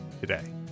today